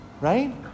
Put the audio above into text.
right